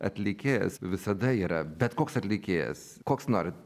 atlikėjas visada yra bet koks atlikėjas koks nori